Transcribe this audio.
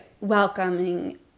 welcoming